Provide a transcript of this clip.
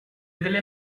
delle